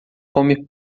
come